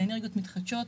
לאנרגיות מתחדשות,